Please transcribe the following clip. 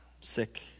sick